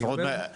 אני יודע להגיד,